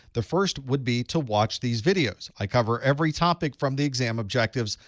the first would be to watch these videos. i cover every topic from the exam objectives,